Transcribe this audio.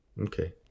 Okay